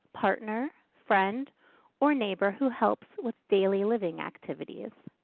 partner, friend or neighbor who helps with daily living activities.